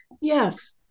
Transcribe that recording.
yes